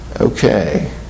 okay